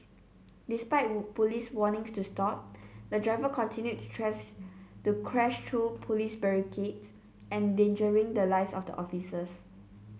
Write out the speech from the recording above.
despite Police warnings to stop the driver continued to trash to crash through Police barricades endangering the lives of the officers